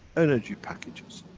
energy packages,